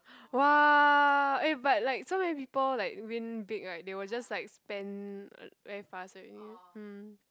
!wah! eh but like so many people like win big right they will just like spend I~ very fast right mm